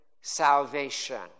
salvation